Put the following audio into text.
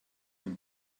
dem